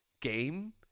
game